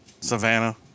Savannah